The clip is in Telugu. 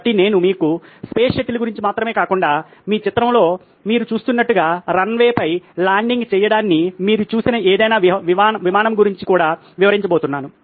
కాబట్టి నేను మీకు స్పేస్ షటిల్ గురించి మాత్రమే కాకుండా మీ చిత్రంలో మీరు చూసినట్లుగా రన్వే పై ల్యాండింగ్ చేయడాన్ని మీరు చూసిన ఏదైనా విమానం గురించి కూడా వివరించబోతున్నాను